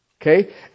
Okay